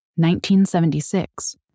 1976